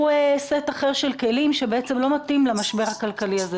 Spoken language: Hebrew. סט אחר של כלים שבעצם לא מתאים למשבר הזה.